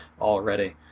already